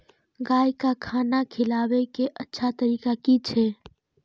गाय का खाना खिलाबे के अच्छा तरीका की छे?